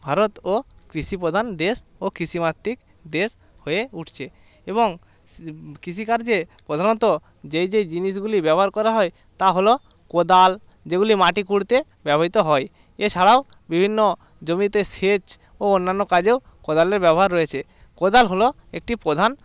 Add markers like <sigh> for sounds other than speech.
ভারতও কৃষি প্রধান দেশ ও কৃষিমাত্রিক দেশ হয়ে উঠছে এবং <unintelligible> কৃষিকার্যে প্রধানত যেই যেই জিনিসগুলি ব্যবহার করা হয় তা হল কোদাল যেগুলি মাটি খুঁড়তে ব্যবহৃত হয় এছাড়াও বিভিন্ন জমিতে সেচ ও অন্যান্য কাজেও কোদালের ব্যবহার রয়েছে কোদাল হল একটি প্রধান